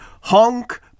Honk